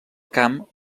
camp